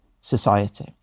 society